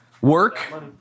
Work